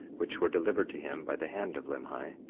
which were delivered to him by the hand of limhi